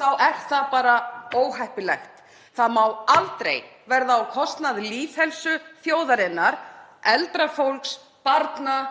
þá er það bara óheppilegt. Það má aldrei verða á kostnað lýðheilsu þjóðarinnar, eldra fólks, barna